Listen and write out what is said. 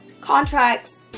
contracts